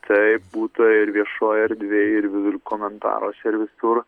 taip būta ir viešoj erdvėj ir komentaruose ir visur